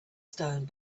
stone